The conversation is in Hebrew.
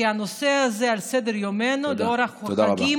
כי הנושא הזה על סדר-יומנו לא רק בחגים,